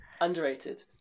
Underrated